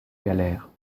galères